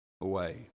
away